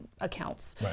accounts